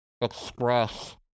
express